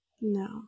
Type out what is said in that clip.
no